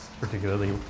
particularly